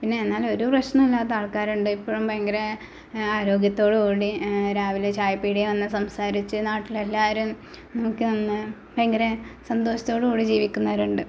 പിന്നേ എന്നാലും ഒരു പ്രശ്നമില്ലാത്ത ആൾക്കാരുണ്ട് ഇപ്പഴും ഭയങ്കര ആരോഗ്യത്തോടു കൂടി രാവിലെ ചായ പീടികയിൽ വന്ന് സംസാരിച്ച് നാട്ടിലെല്ലാവരെയും നോക്കിനിന്ന് ഭയങ്കര സന്തോഷത്തോടുകൂടി ജീവിക്കുന്നവരുണ്ട്